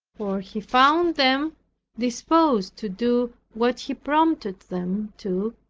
for he found them disposed to do what he prompted them to,